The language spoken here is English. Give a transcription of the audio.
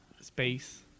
Space